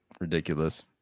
ridiculous